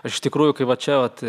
aš iš tikrųjų kai va čia vat